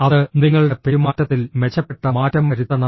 അത് നിങ്ങളുടെ പെരുമാറ്റത്തിൽ മെച്ചപ്പെട്ട മാറ്റം വരുത്തണം